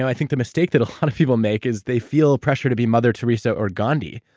i think the mistake that a lot of people make is they feel pressure to be mother teresa or gandhi,